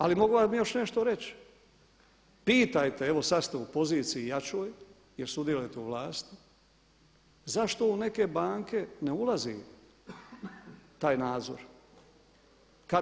Ali mogu vam još nešto reći, pitajte, evo sad ste u poziciji jačoj jer sudjelujete u vlasti, zašto u neke banke ne ulazi taj nadzor?